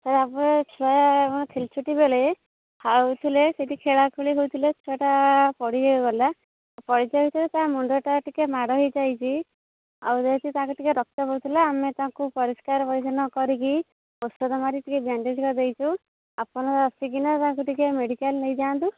sir ଆପଣଙ୍କ ଛୁଆ ଖେଳ ଛୁଟି ବେଳେ ଖାଉଥିଲେ ସେଇଟି ଖେଳାଖେଳି ହେଉଥିଲେ ଛୁଆଟା ପଡ଼ିଗଲା ପଡ଼ିଯିବା ଭିତରେ ତା ମୁଣ୍ଡଟା ଟିକିଏ ମାଡ଼ ହେଇଯାଇଛି ଆଉ ଯେହେତୁ ତା'ର ଟିକିଏ ରକ୍ତ ବୋହୁ ଥିଲା ଆମେ ତାଙ୍କୁ ପରିଷ୍କାର ପରିଚ୍ଛନ୍ନ କରିକି ଔଷଧ ମାରିକି ଟିକିଏ ବ୍ୟାଣ୍ଡେଜ୍ କରିଦେଇଛୁ ଆପଣ ଆସିକିନା ତାଙ୍କୁ ଟିକେ ମେଡ଼ିକାଲ୍ ନେଇଯାଆନ୍ତୁ